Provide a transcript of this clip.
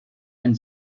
ein